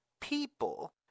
people